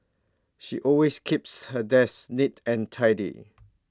she always keeps her desk neat and tidy